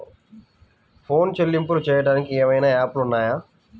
Phone చెల్లింపులు చెయ్యటానికి ఏవైనా యాప్లు ఉన్నాయా?